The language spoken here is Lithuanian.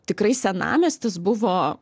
tikrai senamiestis buvo